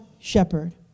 shepherd